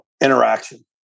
interaction